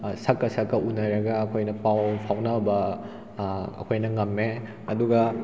ꯁꯛꯀ ꯁꯛꯀ ꯎꯅꯔꯒ ꯑꯩꯈꯣꯏꯅ ꯄꯥꯎ ꯐꯥꯎꯅꯕ ꯑꯩꯈꯣꯏꯅ ꯉꯝꯃꯦ ꯑꯗꯨꯒ